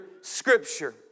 Scripture